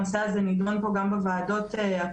הנושא הזה נידון פה גם בוועדות הקודמות,